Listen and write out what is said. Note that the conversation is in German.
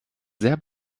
sehr